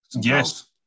Yes